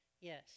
Yes